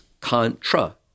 contra